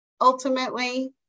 ultimately